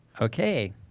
Okay